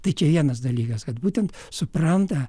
tai čia vienas dalykas kad būtent supranta